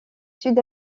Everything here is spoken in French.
sud